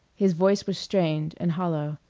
his voice was strained and hollow.